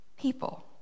people